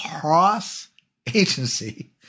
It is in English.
cross-agency